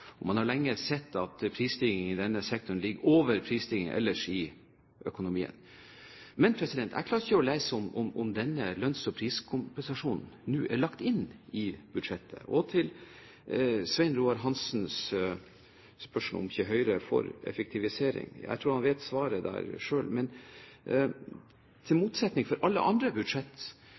Man har lenge sett at prisstigningen i denne sektor ligger over prisstigningen ellers i økonomien. Men jeg klarer ikke å lese om denne lønns- og priskompensasjonen nå er lagt inn i budsjettet. Når det gjelder Svein Roald Hansens spørsmål om Høyre ikke er for effektivisering, tror jeg han vet svaret der selv. Men i motsetning til i alle andre budsjett